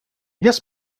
yes